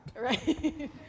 Right